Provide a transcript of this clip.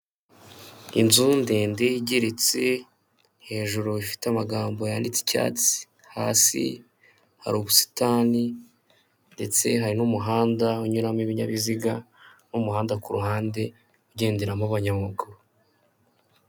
Inzu ndende igeretse hejuru ifite amagambo yanditse icyatsi, hasi hari ubusitani ndetse hari n'umuhanda unyuramo ibinyabiziga n'umuhanda ku ruhande ugenderamo abanyamaguru.